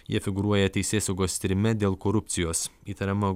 jie figūruoja teisėsaugos tyrime dėl korupcijos įtariama